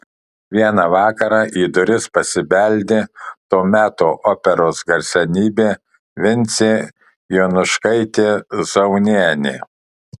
vieną vakarą į duris pasibeldė to meto operos garsenybė vincė jonuškaitė zaunienė